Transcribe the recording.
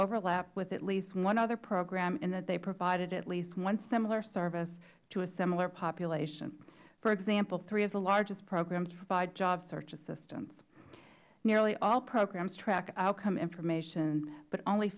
overlap with at least one other program in that they provided at least one similar service to a similar population for example three of the largest programs provide job search assistance nearly all programs track outcome information but only